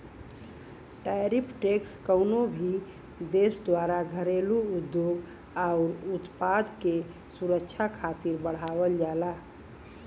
tariff tax कउनो भी देश द्वारा घरेलू उद्योग आउर उत्पाद के सुरक्षा खातिर बढ़ावल जाला